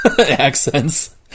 accents